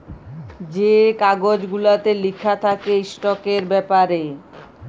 যে কাগজ গুলাতে লিখা থ্যাকে ইস্টকের ব্যাপারে